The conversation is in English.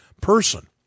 person